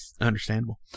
understandable